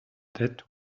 that